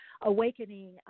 awakening